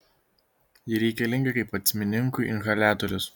ji reikalinga kaip astmininkui inhaliatorius